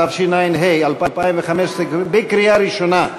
התשע"ה 2015 בקריאה ראשונה.